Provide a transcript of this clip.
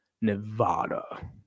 Nevada